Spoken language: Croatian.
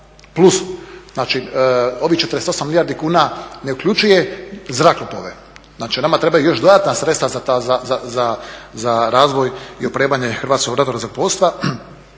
plus ovih 48 milijardi kuna ne uključuje zrakoplove, znači, nama trebaju još dodatna sredstva za razvoj i opremanje Hrvatskog ratnog zrakoplovstva